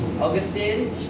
Augustine